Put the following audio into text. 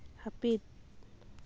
ᱦᱟᱹᱯᱤᱫ